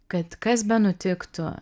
kad kas benutiktų